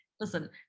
listen